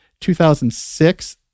2006